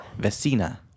Vecina